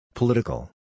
Political